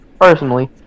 Personally